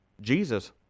Jesus